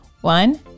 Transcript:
One